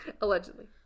Allegedly